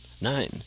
nine